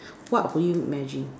what would you imagine